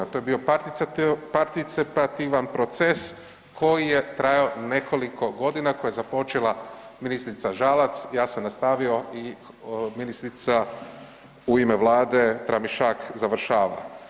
To je bio participativan proces koji je trajao nekoliko godina, koji je započela ministrica Žalac, ja sam nastavio i ministrica u ime Vlade Tramišak završava.